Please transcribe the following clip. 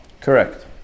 Correct